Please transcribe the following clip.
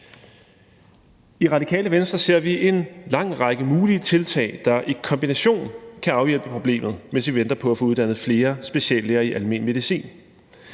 Radikale Venstre ser vi en lang række mulige tiltag, der i kombination kan afhjælpe problemet, mens vi venter på at få uddannet flere speciallæger i almen medicin,